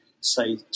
say